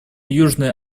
южной